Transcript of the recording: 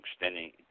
extending